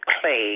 Clay